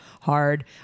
hard